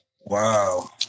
Wow